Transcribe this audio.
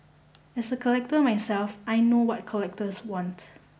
as a collector myself I know what collectors want